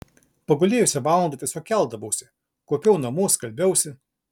pagulėjusi valandą tiesiog keldavausi kuopiau namus skalbiausi